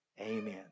amen